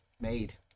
made